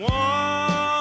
one